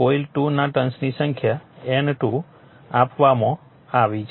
coil 2 ના ટર્ન્સની સંખ્યા N2 આપવામાં આવી છે